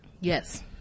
Yes